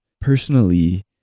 personally